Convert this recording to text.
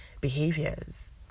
behaviors